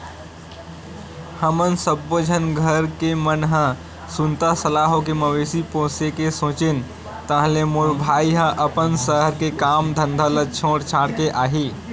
हमन सब्बो झन घर के मन ह सुनता सलाह होके मवेशी पोसे के सोचेन ताहले मोर भाई ह अपन सहर के काम धंधा ल छोड़ छाड़ के आही